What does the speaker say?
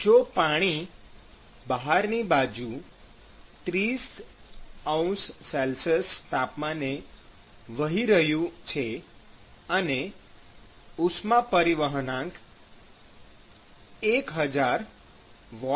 જો પાણી બહારની બાજુ ૩૦°C તાપમાને વહી રહ્યું છે અને ઉષ્મા પરિવહનાંક 1000 Wm